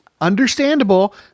understandable